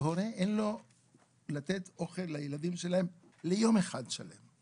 שלהורה אין לתת אוכל לילדים שלו ליום אחד שלם.